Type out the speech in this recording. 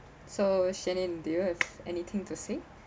so shanine do you have anything to say